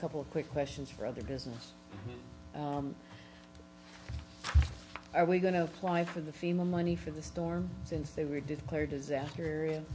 couple quick questions for other business are we going to apply for the female money for the store since they were declared disaster area